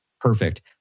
Perfect